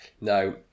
Now